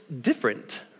different